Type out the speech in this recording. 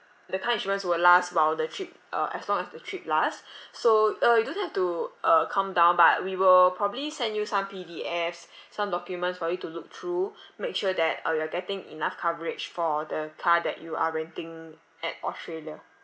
the car insurance will last while the trip uh as long as the trip last so uh you don't have to uh come down but we will probably send you some P_D_Fs some documents for you to look through make sure that uh you are getting enough coverage for the car that you are renting at australia